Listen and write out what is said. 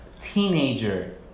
teenager